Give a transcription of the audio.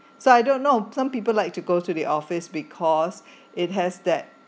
so I don't know some people like to go to the office because it has that